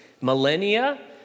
millennia